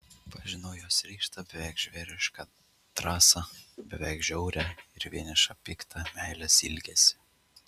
pažinau jos ryžtą beveik žvėrišką drąsą beveik žiaurią ir vienišą piktą meilės ilgesį